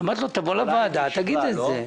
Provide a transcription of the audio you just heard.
אמרתי לו: תבוא לוועדה ותגיד את זה.